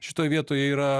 šitoj vietoj jie yra